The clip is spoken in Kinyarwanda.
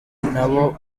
nabo